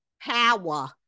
power